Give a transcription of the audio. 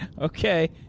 Okay